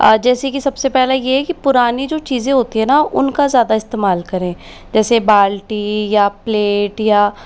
जैसे कि सबसे पहले यह कि पुरानी जो चीज़ें होती हैं न उनका ज़्यादा इस्तेमाल करें जैसे बाल्टी या प्लेट या